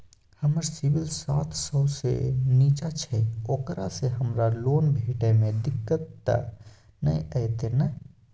हमर सिबिल सात सौ से निचा छै ओकरा से हमरा लोन भेटय में दिक्कत त नय अयतै ने?